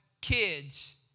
kids